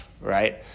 right